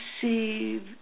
see